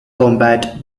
combat